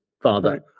father